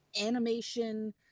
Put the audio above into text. animation